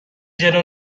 جلو